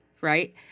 Right